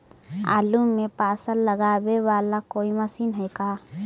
आलू मे पासा लगाबे बाला कोइ मशीन है का?